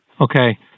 Okay